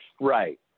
Right